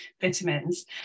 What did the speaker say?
vitamins